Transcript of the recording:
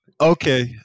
Okay